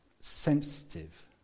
sensitive